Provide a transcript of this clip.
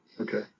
Okay